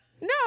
No